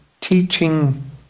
teaching